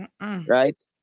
Right